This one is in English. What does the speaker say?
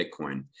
Bitcoin